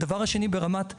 הדבר השני ברמת האזרח,